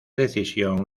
decisión